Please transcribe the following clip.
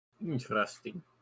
Interesting